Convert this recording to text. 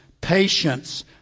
patience